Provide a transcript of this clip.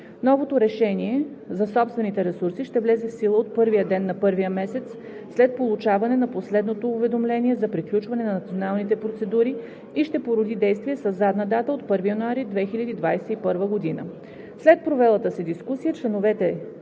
Новото решение за собствените ресурси ще влезе в сила от първия ден на първия месец след получаване на последното уведомление за приключване на националните процедури и ще породи действие със задна дата от 1 януари 2021 г. След провелата се дискусия членовете